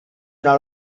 una